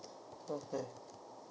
okay